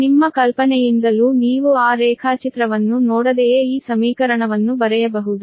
ನಿಮ್ಮ ಕಲ್ಪನೆಯಿಂದಲೂ ನೀವು ಆ ರೇಖಾಚಿತ್ರವನ್ನು ನೋಡದೆಯೇ ಈ ಸಮೀಕರಣವನ್ನು ಬರೆಯಬಹುದು